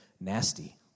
nasty